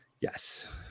yes